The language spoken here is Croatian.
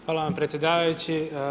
Hvala vam predsjedavajući.